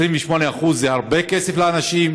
28% זה הרבה כסף לאנשים.